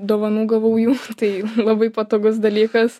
dovanų gavau jų tai labai patogus dalykas